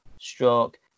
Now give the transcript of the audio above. stroke